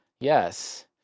Yes